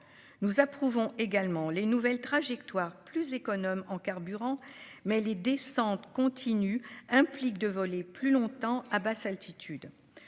Nous approuvons les nouvelles trajectoires plus économes en carburant, mais les descentes continues impliquent de voler plus longtemps à basse altitude.